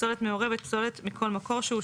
"פסולת מעורבת" - פסולת מכל מקור שהוא,